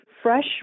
Fresh